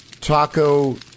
Taco